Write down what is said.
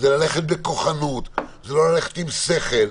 זה ללכת בכוחנות, זה לא ללכת עם שכל.